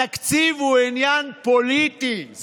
התקציב הוא עניין פוליטי.